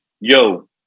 yo